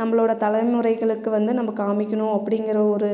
நம்மளோட தலைமுறைகளுக்கு வந்து நம்ம காம்மிக்கணும் அப்டிங்கிற ஒரு